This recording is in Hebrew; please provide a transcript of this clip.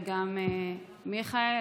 וגם מיכאל,